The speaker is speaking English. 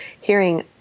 hearing